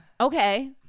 Okay